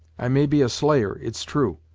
i may be a slayer, it's true,